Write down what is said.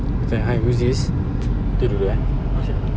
cam hi who's this tutup dulu eh